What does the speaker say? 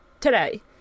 today